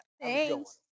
Thanks